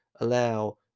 allow